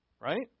right